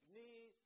need